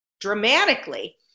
dramatically